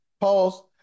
pause